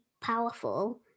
powerful